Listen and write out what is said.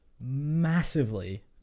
massively